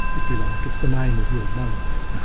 if you like, it's the name of your monad.